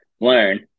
learn